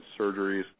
surgeries